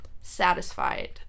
satisfied